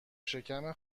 شکم